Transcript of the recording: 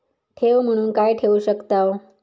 ठेव म्हणून काय ठेवू शकताव?